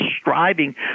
striving